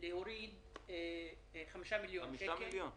להוריד ל-35 מיליון שקל,